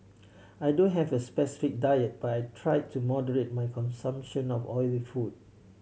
I don't have a specific diet but I try to moderate my consumption of oily food